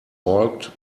balked